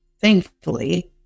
thankfully